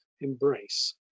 embrace